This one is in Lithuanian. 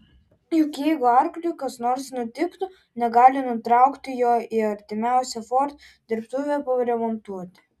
juk jeigu arkliui kas nors nutiktų negali nutraukti jo į artimiausią ford dirbtuvę paremontuoti